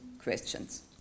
Questions